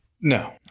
no